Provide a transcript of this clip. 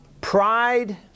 Pride